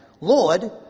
Lord